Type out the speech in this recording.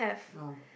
no